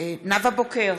נאוה בוקר,